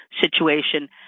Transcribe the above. situation